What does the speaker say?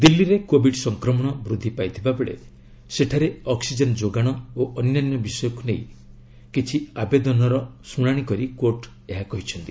ଦିଲ୍ଲୀରେ କୋବିଡ୍ ସଂକ୍ମଣ ବୃଦ୍ଧି ପାଇଥିବା ବେଳେ ସେଠାରେ ଅକୁିଜେନ୍ ଯୋଗାଣ ଓ ଅନ୍ୟାନ୍ୟ ବିଷୟକୁ ନେଇ ହୋଇଥିବା କିଛି ଆବେଦନର ଶୁଣାଣି କରି କୋର୍ଟ ଏହା କହିଛନ୍ତି